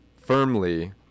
firmly